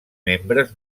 membres